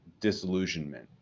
disillusionment